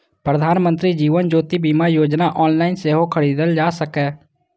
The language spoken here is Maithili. प्रधानमंत्री जीवन ज्योति बीमा योजना ऑनलाइन सेहो खरीदल जा सकैए